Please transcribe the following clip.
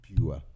Pure